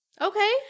Okay